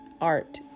art